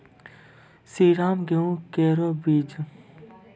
श्रीराम गेहूँ केरो बीज?